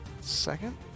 Second